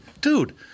dude